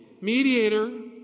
mediator